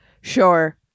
Sure